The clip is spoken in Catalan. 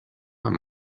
amb